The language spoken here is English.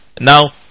Now